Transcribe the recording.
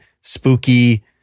spooky